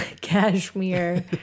Cashmere